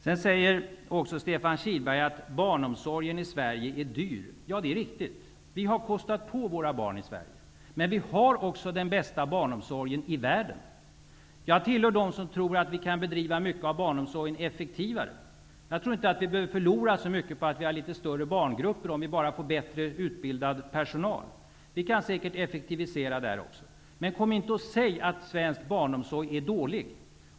Sedan säger Stefan Kihlberg att barnomsorgen i Sverige är dyr. Ja, det är riktigt. Vi har kostat på våra barn i Sverige. Men vi har också den bästa barnomsorgen i världen. Jag tillhör dem som tror att vi kan bedriva mycket av barnomsorgen effektivare. Jag tror inte att vi behöver förlora så mycket på att vi har litet större barngrupper, om vi bara får bättre utbildad personal. Vi kan säkert effektivisera där också. Men kom inte och säg att svensk barnomsorg är dålig!